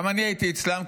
גם אני הייתי אצלן,